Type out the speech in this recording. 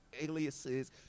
aliases